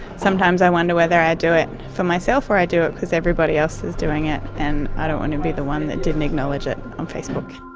sometimes i wonder whether i do it for myself or i do it because everybody else is doing it and i don't want to be the one who didn't acknowledge it on facebook.